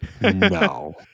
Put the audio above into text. No